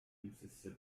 produces